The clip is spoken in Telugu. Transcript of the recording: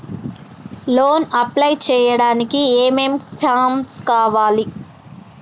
లోన్ అప్లై చేయడానికి ఏం ఏం ఫామ్స్ కావాలే?